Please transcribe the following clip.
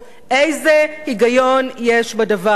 איזה היגיון יש בדבר הזה?